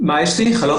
אני רוצה להתייחס